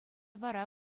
вара